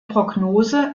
prognose